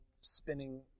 spinning